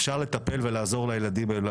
אפשר לטפל ולעזור לילדים האלה.